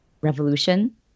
revolution